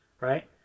Right